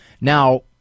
Now